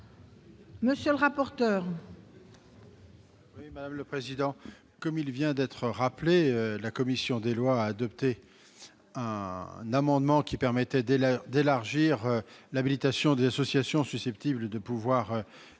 monsieur le rapporteur,